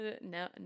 no